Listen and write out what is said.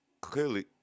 clearly